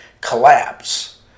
collapse